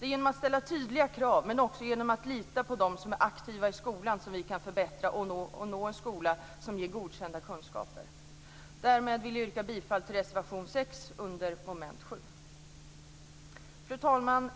Det är genom att ställa tydliga krav och genom att lita på dem som är aktiva i skolan som vi kan förbättra och nå en skola som ger godkända kunskaper. Därmed vill jag yrka bifall till reservation 6 under mom. 7. Fru talman!